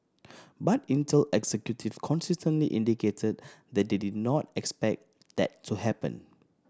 but Intel executive consistently indicated that they did not expect that to happen